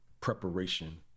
preparation